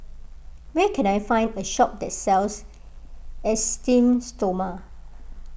where can I find a shop that sells Esteem Stoma